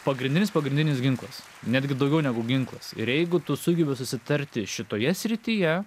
pagrindinis pagrindinis ginklas netgi daugiau negu ginklas ir jeigu tu sugebi susitarti šitoje srityje